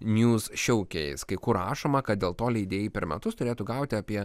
njūz šiaukeis kai kur rašoma kad dėl to leidėjai per metus turėtų gauti apie